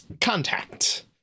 contact